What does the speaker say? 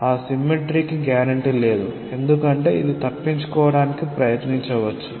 ఆ సిమ్మెట్రిీకి గ్యారంటీ లేదు ఎందుకంటే ఇది తప్పించుకోవడానికి ప్రయత్నించవచ్చు